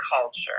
culture